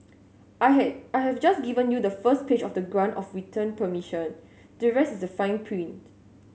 I had I have just given you the first page of the grant of return permission the rest is the fine print